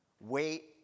wait